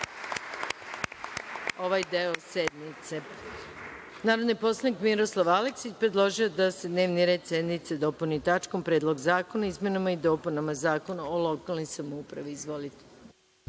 ovaj deo sednice. Narodni poslanik Miroslav Aleksić, predložio je da se dnevni red sednice dopuni tačkom Predlog zakona o izmenama i dopunama Zakona o lokalnoj samoupravi. Izvolite.